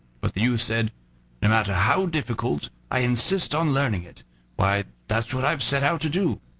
but the youth said no matter how difficult, i insist on learning it why, that's what i've set out to do.